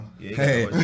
Hey